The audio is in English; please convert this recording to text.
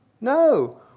No